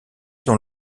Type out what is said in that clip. dans